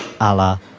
Allah